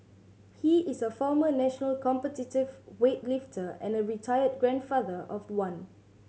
he is a former national competitive weightlifter and a retired grandfather of one